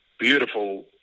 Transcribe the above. beautiful